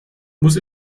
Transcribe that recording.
muss